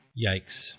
Yikes